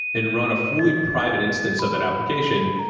and run a fully private instance of that application,